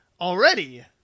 already